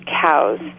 cows